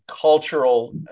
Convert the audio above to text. cultural